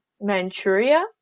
Manchuria